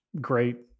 great